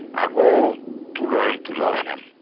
i grow to learn to love him.